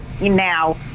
now